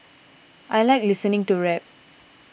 I like listening to rap